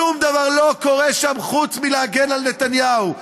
שום דבר לא קורה שם חוץ מלהגן על נתניהו.